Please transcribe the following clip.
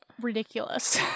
ridiculous